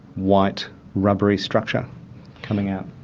white rubbery structure coming out.